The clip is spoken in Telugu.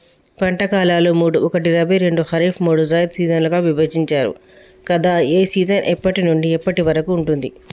పంటల కాలాలు మూడు ఒకటి రబీ రెండు ఖరీఫ్ మూడు జైద్ సీజన్లుగా విభజించారు కదా ఏ సీజన్ ఎప్పటి నుండి ఎప్పటి వరకు ఉంటుంది?